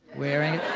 wearing it